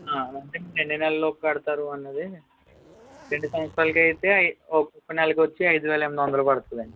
అంటే ఎన్ని నెలలలోపు కడతారు అన్నది రెండు సంవత్సరాలకి అయితే ఒక నెలకి వచ్చి ఐదువేల ఎనిమిది వందలు పడుతుంది అండి